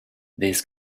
these